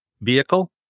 vehicle